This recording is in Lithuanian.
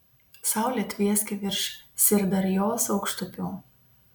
saulė tvieskė virš syrdarjos aukštupių